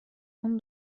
اون